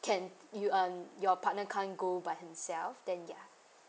can you and your partner can't go by himself then ya